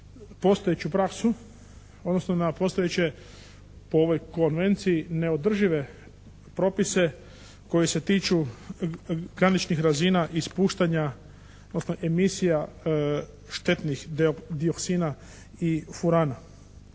na postojeću praksu odnosno na postojeće po ovoj konvenciji neodržive propise koji se tiču graničnih razina ispuštanja odnosno emisija štetnih dioksina i furana.